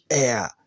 air